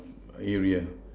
area